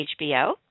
HBO